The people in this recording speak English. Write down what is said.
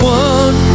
one